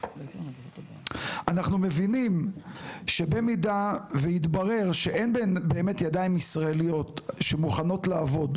אנחנו מבינים שבמידה ויתברר שאין באמת ידיים ישראליות שמוכנות לעובד,